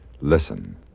Listen